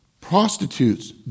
Prostitutes